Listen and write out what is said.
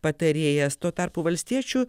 patarėjas tuo tarpu valstiečių